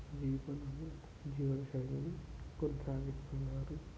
జీవితాన్ని జీవనశైలిని కొనసాగిస్తునారు